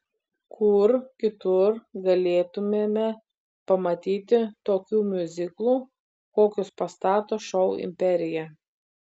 kur kitur galėtumėme pamatyti tokių miuziklų kokius pastato šou imperija